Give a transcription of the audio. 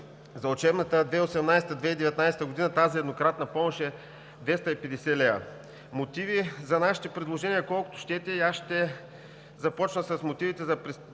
За учебната 2018/2019 г. тази еднократна помощ е 250 лв. Мотиви за нашите предложения колкото щете и аз ще започна с мотивите за предоставянето